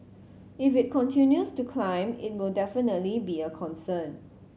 if it continues to climb it will definitely be a concern